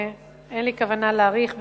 אין לי כוונה להאריך במלים.